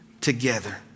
together